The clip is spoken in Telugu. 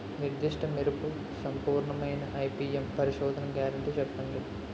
నిర్దిష్ట మెరుపు సంపూర్ణమైన ఐ.పీ.ఎం పరిశోధన గ్యారంటీ చెప్పండి?